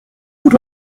gut